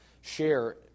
share